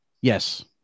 Yes